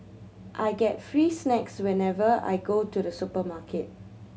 I get free snacks whenever I go to the supermarket